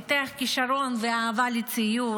פיתח כישרון ואהבה לציור.